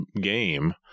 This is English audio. game